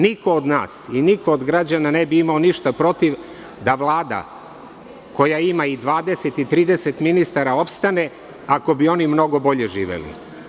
Niko od nas i niko od građana ne bi imao ništa protiv da Vlada koja ima i 20 i 30 ministara opstane ako bi oni mnogo bolje živeli.